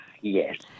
yes